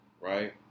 right